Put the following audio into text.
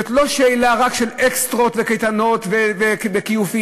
זאת לא שאלה רק של אקסטרות וקייטנות וכיופים,